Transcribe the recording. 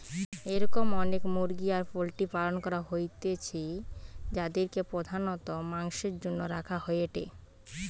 এরম অনেক মুরগি আর পোল্ট্রির পালন করা হইতিছে যাদিরকে প্রধানত মাংসের জন্য রাখা হয়েটে